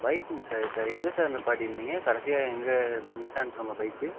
bike miss ஆகிடுச்சா எங்கே sir நிற்பாட்டி இருந்தீங்கள் கடைசியாக எங்கே மிஸ் ஆணுச்சு உங்கள் பைக்கு